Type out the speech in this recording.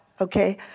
Okay